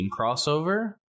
crossover